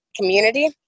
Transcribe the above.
community